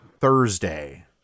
Thursday